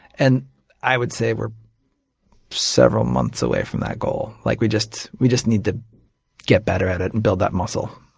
and i would say we're several months away from that goal. like we just we just need to get better at it and build that muscle.